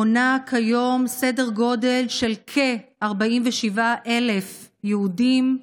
מונה כיום סדר גודל של 47,000 יהודים,